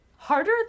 Harder